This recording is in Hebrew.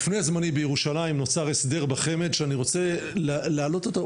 לפני זמני בירושלים נוצר הסדר בחמ"ד שאני רוצה להעלות אותו.